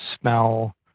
smell